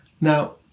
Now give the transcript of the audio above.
Now